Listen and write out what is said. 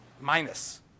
minus